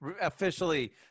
Officially